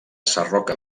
sarroca